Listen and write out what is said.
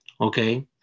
Okay